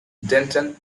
denton